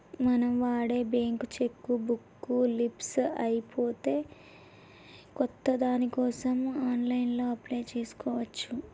మనం వాడే bank cheque book leafs అయిపోతే కొత్త దానికోసం ఆన్లైన్లో అప్లై చేసుకోవచ్చు